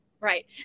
Right